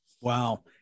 Wow